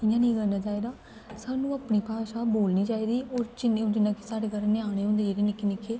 इ'यां निं करना चाहिदा सानूं अपनी भाशा बोलनी चाहिदी और जिन्नी हून जियां कि साढ़े घर ञ्यानें होंदे जेह्ड़े निक्के निक्के